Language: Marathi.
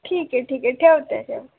ठीक आहे ठीक आहे ठेवते ठेव